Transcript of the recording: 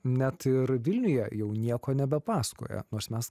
net ir vilniuje jau nieko nebepasakoja nors mes